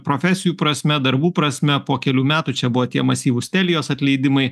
profesijų prasme darbų prasme po kelių metų čia buvo tie masyvūs telijos atleidimai